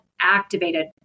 activated